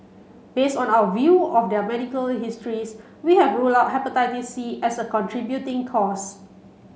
based on our view of their medical histories we have ruled out Hepatitis C as a contributing cause